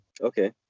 Okay